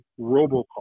robocall